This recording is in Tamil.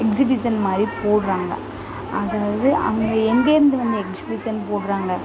எக்ஸிபிஷன் மாதிரி போடுறாங்க அதாவது அவங்க எங்கேயிருந்து வந்து எக்ஸிபிஷன் போடுறாங்க